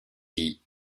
dit